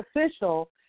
official